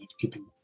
keeping